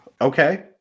Okay